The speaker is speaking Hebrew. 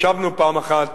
ישבנו פעם אחת